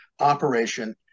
operation